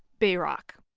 bayrock.